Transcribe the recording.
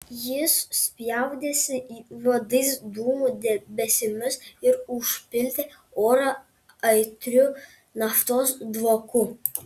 jis spjaudėsi juodais dūmų debesimis ir užpildė orą aitriu naftos dvoku